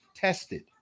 tested